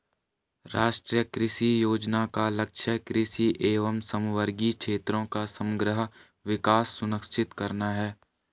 राष्ट्रीय कृषि योजना का लक्ष्य कृषि एवं समवर्गी क्षेत्रों का समग्र विकास सुनिश्चित करना है